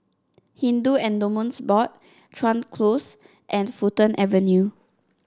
Hindu Endowments Board Chuan Close and Fulton Avenue